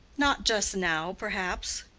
not just now, perhaps.